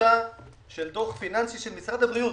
טיוטה של דוח פיננסי של משרד הבריאות